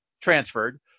transferred